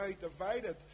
divided